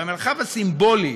במרחב הסימבולי,